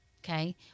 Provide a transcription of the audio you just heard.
Okay